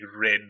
red